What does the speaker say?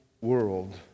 world